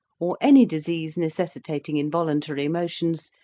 or any disease necessitating involuntary motions,